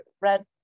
red